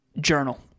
Journal